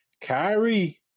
Kyrie